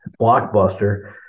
Blockbuster